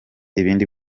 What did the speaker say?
ibindi